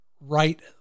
right